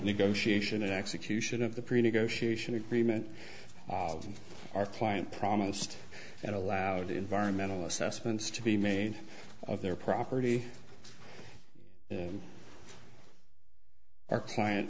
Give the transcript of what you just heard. negotiation execution of the pre negotiation agreement and our client promised and allowed environmental assessments to be made on their property and our client